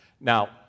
Now